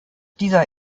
dieser